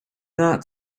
not